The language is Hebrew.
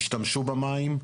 השתמשו במים,